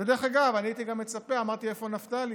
דרך אגב, אני הייתי גם מצפה, אמרתי איפה נפתלי.